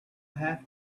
have